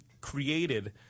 created